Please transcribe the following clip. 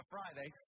Friday